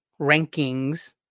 rankings